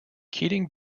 keating